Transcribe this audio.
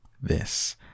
This